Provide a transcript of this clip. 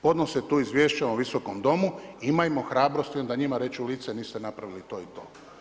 Podnose tu izvješće ovom Visokom domu, imajmo hrabrosti onda njima reć u lice niste napravili to i to.